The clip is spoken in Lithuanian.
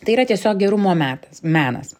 tai yra tiesiog gerumo metas menas